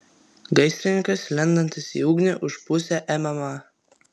gaisrininkas lendantis į ugnį už pusę mma